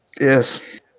Yes